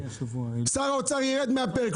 שר האוצר ירד מהפרק,